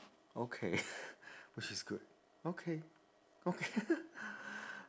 okay which is good okay okay